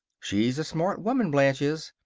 she's a smart woman, blanche is!